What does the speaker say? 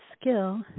skill